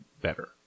better